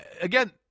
again